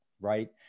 right